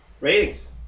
ratings